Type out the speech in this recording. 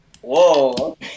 Whoa